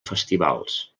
festivals